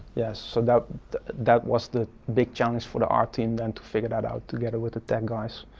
yeah, so that that was the big challenge for the art team then to figure that out together with the tech guys,